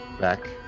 back